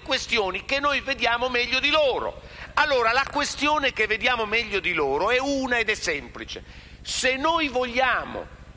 questioni che noi vediamo meglio di loro. La questione che vediamo meglio di loro è una ed è semplice: se noi vogliamo